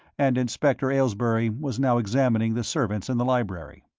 and inspector aylesbury was now examining the servants in the library.